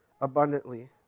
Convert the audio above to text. abundantly